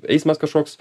eismas kažkoks